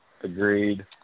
Agreed